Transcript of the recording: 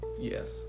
Yes